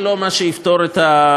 זה לא מה שיפתור את הבעיה.